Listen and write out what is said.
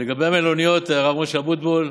לגבי המלוניות, הרב משה אבוטבול,